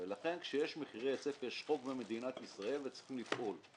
ולכן כשיש מחירי היצף יש חוק במדינת ישראל וצריכים לפעול.